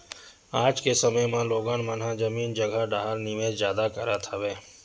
आज के समे म लोगन मन ह जमीन जघा डाहर निवेस जादा करत हवय